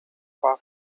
far